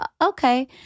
okay